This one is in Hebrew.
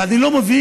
ואני לא מבין